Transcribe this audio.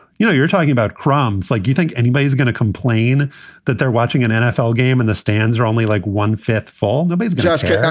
you know you're talking about crumbs like you think anybody is going to complain complain that they're watching an nfl game in the stands are only like one fifth fall the but the gesture.